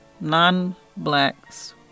non-blacks